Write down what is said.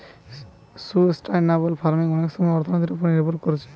sustainable farming অনেক সময় অর্থনীতির উপর নির্ভর কোরছে